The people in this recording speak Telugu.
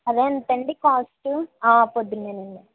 అదే ఎంతండీ కాస్ట్ పొద్దునేనండీ